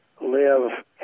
live